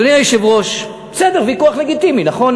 אדוני היושב-ראש, בסדר, ויכוח לגיטימי, נכון?